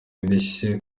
indishyi